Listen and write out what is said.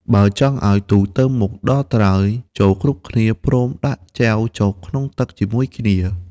បើចង់ឱ្យទូកទៅមុខដល់ត្រើយ ចូរគ្រប់គ្នាព្រមដាក់ចែវចុះក្នុងទឹកជាមួយគ្នា។